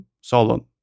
Solon